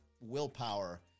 willpower